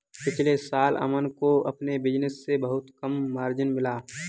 पिछले साल अमन को अपने बिज़नेस से बहुत कम मार्जिन मिला